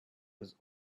was